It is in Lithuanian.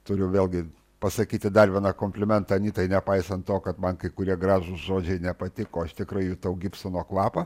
turiu vėlgi pasakyti dar vieną komplimentą anytai nepaisant to kad man kai kurie gražūs žodžiai nepatiko aš tikrai jutau gibsono kvapą